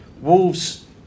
Wolves